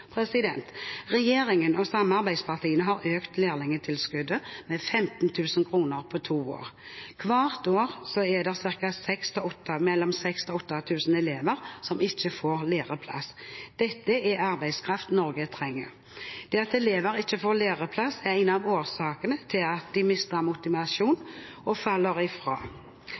Regjeringen og samarbeidspartiene har økt lærlingtilskuddet med 15 000 kr på to år. Hvert år er det mellom 6 000 og 8 000 elever som ikke får læreplass. Dette er arbeidskraft Norge trenger. At elever ikke får læreplass, er en av årsakene til at de mister